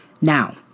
Now